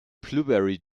blueberry